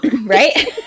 right